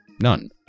none